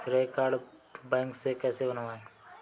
श्रेय कार्ड बैंक से कैसे बनवाएं?